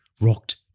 rocked